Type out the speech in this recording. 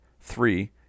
Three